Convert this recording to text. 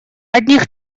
одних